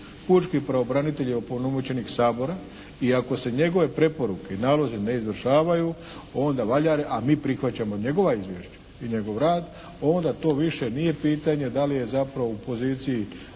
Pučki pravobranitelj je opunomoćenik Sabora i ako se njegove preporuke i nalazi ne izvršavaju onda valja, a mi prihvaćamo njegova izvješća i njegov rad, onda to više nije pitanje da li je zapravo u poziciji